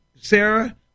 Sarah